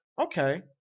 Okay